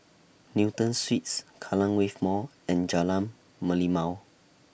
Newton Suites Kallang Wave Mall and Jalan Merlimau